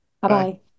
Bye-bye